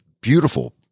beautiful